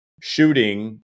shooting